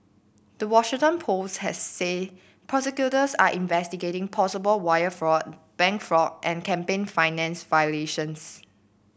the Washington Post has said prosecutors are investigating possible wire fraud bank fraud and campaign finance violations